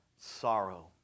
sorrow